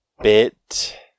bit